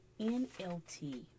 NLT